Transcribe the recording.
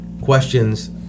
questions